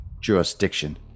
jurisdiction